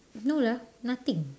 no lah nothing